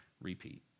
repeat